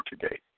today